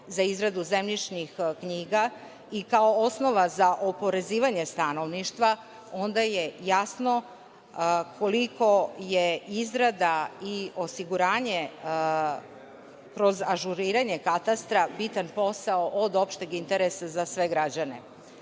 za izradu zemljišnih knjiga i kao osnova za oporezivanje stanovništva, onda je jasno koliko je izrada i osiguranje, kroz ažuriranje katastra bitan posao od opšteg interesa za sve građane. Pravo